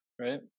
right